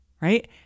right